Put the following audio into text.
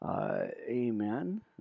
Amen